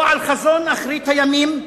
או על חזון אחרית הימים,